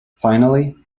finally